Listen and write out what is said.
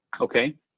Okay